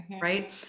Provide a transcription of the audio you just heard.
right